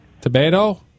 tomato